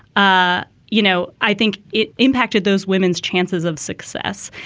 ah you know, i think it impacted those women's chances of success.